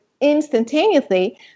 instantaneously